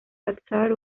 atzar